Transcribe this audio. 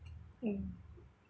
mm